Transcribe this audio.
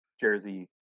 jersey